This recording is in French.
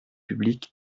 public